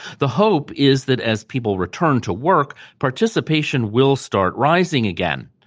the hope is that as people return to work, participation will start rising again.